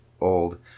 old